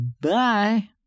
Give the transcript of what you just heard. bye